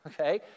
okay